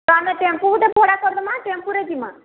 ତ ଆମେ ଟେମ୍ପୁ ଗୁଟେ ଭଡ଼ା କରିଦମା ଟେମ୍ପୁରେ ଜିମା